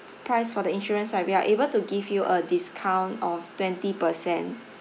price for the insurance right we are able to give you a discount of twenty percent